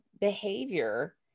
behavior